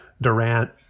Durant